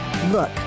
Look